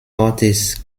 ortes